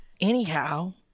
anyhow